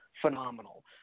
phenomenal